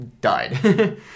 died